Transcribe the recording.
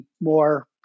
more